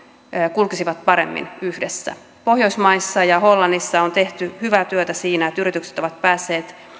kulkisivat paremmin yhdessä pohjoismaissa ja hollannissa on tehty hyvää työtä siinä että yritykset ovat päässeet